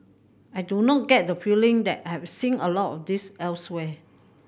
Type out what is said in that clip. I do not get the feeling that I have seen a lot of this elsewhere